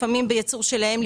לפעמים בייצוא שלהם,